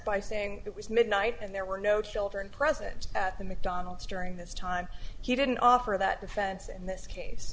by saying it was midnight and there were no children present at the mcdonald's during this time he didn't offer that defense in this case